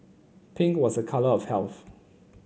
pink was a colour of health